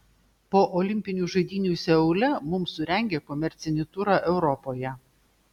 po olimpinių žaidynių seule mums surengė komercinį turą europoje